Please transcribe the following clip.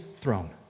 throne